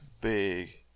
big